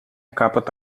capăt